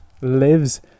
lives